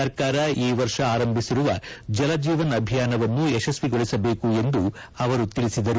ಸರ್ಕಾರ ಈ ವರ್ಷ ಆರಂಭಿಸಿರುವ ಜಲ ಜೀವನ್ ಅಭಿಯಾನವನ್ನು ಯಶಸ್ವಿಗೊಳಿಸಬೇಕು ಎಂದು ತಿಳಿಸಿದರು